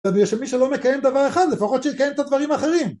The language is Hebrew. כדי שמי שלא מקיים דבר אחד לפחות שיקיים את הדברים האחרים